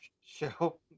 show